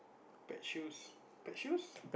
pet shoes pet shoes